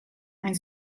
hain